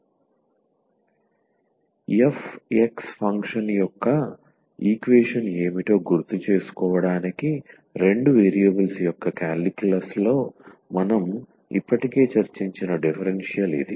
f x function యొక్క equation ఏమిటో గుర్తుచేసుకోవడానికి రెండు వేరియబుల్స్ యొక్క కాలిక్యులస్ లో మనం ఇప్పటికే చర్చించిన డిఫరెన్షియల్ ఇది